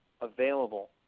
available